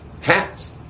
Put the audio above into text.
hats